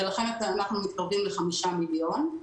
ולכן אנחנו מתקרבים ל-5 מיליון.